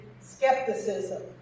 skepticism